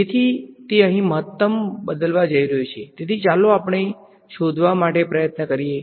તેથી તે અહીં મહત્તમ બદલવા જઈ રહ્યું છેતેથી ચાલો આપણે શોધવા માટે પ્રયત્ન કરીએ